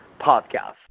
podcast